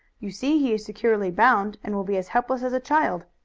you see he is securely bound and will be as helpless as a child.